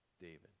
David